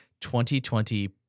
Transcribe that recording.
2020